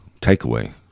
takeaway